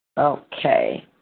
Okay